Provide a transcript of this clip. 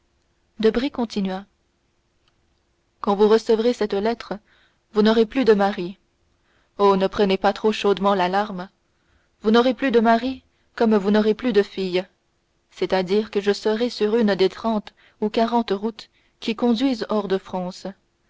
debray continua quand vous recevrez cette lettre vous n'aurez plus de mari oh ne prenez pas trop chaudement l'alarme vous n'aurez plus de mari comme vous n'aurez plus de fille c'est-à-dire que je serai sur une des trente ou quarante routes qui conduisent hors de france